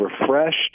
refreshed